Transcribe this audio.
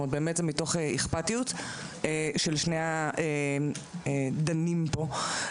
זה מתוך אכפתיות של שני הצדדים פה.